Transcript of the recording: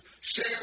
share